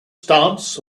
stance